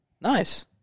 Nice